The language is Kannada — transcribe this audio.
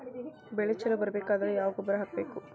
ಬೆಳಿ ಛಲೋ ಬರಬೇಕಾದರ ಯಾವ ಗೊಬ್ಬರ ಹಾಕಬೇಕು?